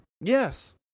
Yes